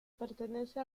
pertenece